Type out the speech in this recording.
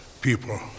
people